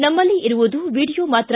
ನಮ್ಮಲ್ಲಿ ಇರುವುದು ವಿಡಿಯೊ ಮಾತ್ರ